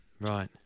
Right